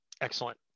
Excellent